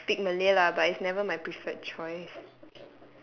I will speak malay lah but it's never my preferred choice